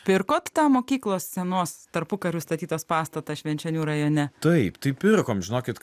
pirkot tą mokyklos senos tarpukariu statytos pastatą švenčionių rajone taip tai pirkom žinokit